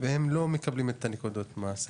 והם לא מקבלים את נקודות המס.